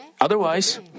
Otherwise